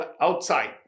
outside